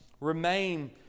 remain